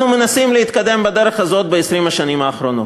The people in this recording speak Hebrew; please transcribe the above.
אנחנו מנסים להתקדם בדרך הזאת ב-20 השנים האחרונות.